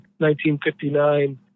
1959